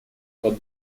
под